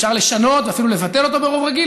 ואפשר לשנות ואפילו לבטל אותו ברוב רגיל.